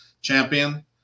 champion